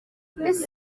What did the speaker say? ese